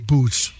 Boots